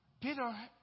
Peter